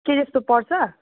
के यस्तो पर्छ